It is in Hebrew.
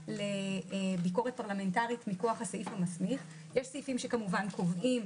לביקורת פרלמנטרית מכוח הסעיף המסמיך יש סעיפים שקובעים,